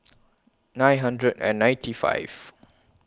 nine hundred and ninety five